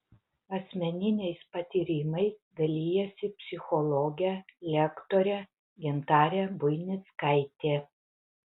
asmeniniais patyrimais dalijasi psichologė lektorė gintarė buinickaitė